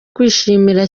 kwishimira